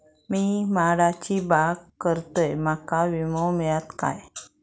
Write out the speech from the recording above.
मी माडाची बाग करतंय माका विमो मिळात काय?